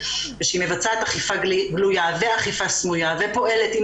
ושהיא מבצעת אכיפה גלויה ואכיפה סמויה ופועלת עם